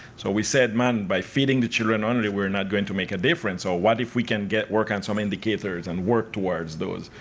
so we said, man, by feeding the children only we are not going to make a difference. so what if we can work on some indicators and work towards those.